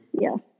Yes